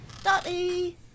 Dotty